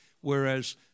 Whereas